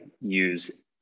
use